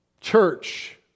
church